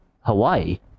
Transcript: Hawaii